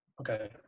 Okay